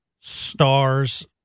Stars